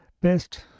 best